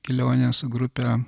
kelionę su grupe